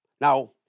Now